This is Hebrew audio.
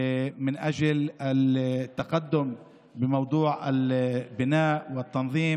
לעיריות שלנו, לאנשינו בגליל, במשולש ובנגב,